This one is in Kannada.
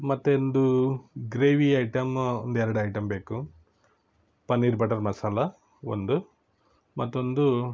ಮತ್ತೊಂದು ಗ್ರೇವಿ ಐಟಮ್ಮು ಒಂದೆರಡು ಐಟಮ್ ಬೇಕು ಪನೀರ್ ಬಟರ್ ಮಸಾಲೆ ಒಂದು ಮತ್ತೊಂದು